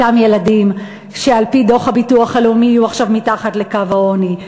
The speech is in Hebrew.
אותם ילדים שעל-פי דוח הביטוח הלאומי יהיו עכשיו מתחת לקו העוני,